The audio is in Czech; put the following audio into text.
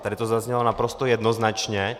Tady to zaznělo naprosto jednoznačně.